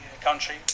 country